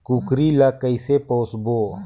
कूकरी ला कइसे पोसबो?